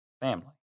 family